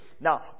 Now